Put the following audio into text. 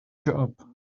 job